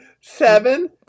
seven